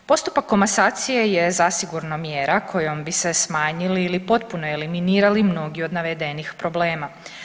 Postupak komasacije je zasigurno mjera kojom bi se smanjili ili potpuno eliminirali mnogi od navedenih problema.